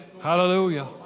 Hallelujah